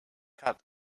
cut